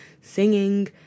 singing